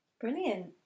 Brilliant